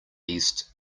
east